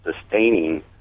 sustaining